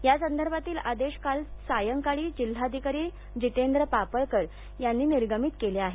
यासंदर्भातील आदेश काल सायंकाळी जिल्हाधिकारी जितेंद्र पापळकर यांनी निर्गमित केले आहेत